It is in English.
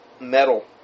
metal